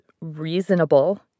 reasonable